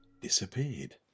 disappeared